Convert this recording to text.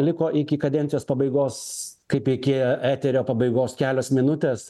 liko iki kadencijos pabaigos kaip iki eterio pabaigos kelios minutės